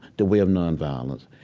the way of nonviolence.